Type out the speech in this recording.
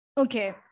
Okay